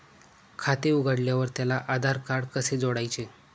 खाते उघडल्यावर त्याला आधारकार्ड कसे जोडायचे?